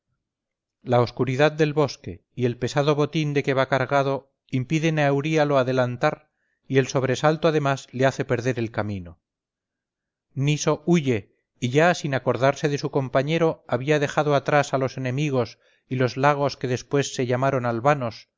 la oscuridad del bosque y el pesado botín de que va cargado impiden a euríalo adelantar y el sobresalto además le hace perder el camino niso huye y ya sin acordarse de su compañero había dejado atrás a los enemigos y los lagos que después se llamaron albanos